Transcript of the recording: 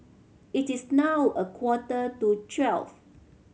it is now a quarter to twelve